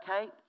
okay